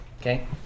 Okay